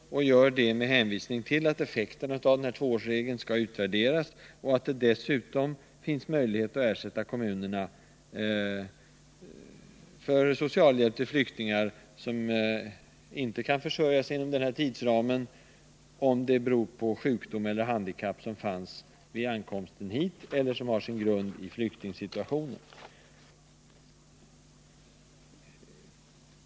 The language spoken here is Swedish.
Utskottet gör detta med hänvisning till att effekterna av denna tvåårsregel skall utvärderas, och att det dessutom finns möjlighet att ersätta kommunerna för socialhjälp till flyktingar som inte kan försörja sig inom denna tidsram, om anledningen är sjukdom eller handikapp som fanns vid ankomsten hit eller som har sin grund i flyktingsituationen.